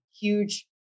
huge